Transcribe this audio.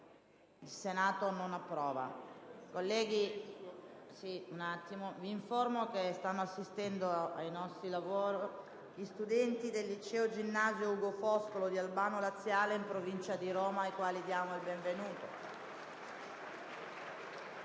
Informo i colleghi che stanno assistendo ai nostri lavori gli studenti del Liceo ginnasio «Ugo Foscolo» di Albano Laziale, in provincia di Roma, ai quali diamo il benvenuto.